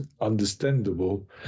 understandable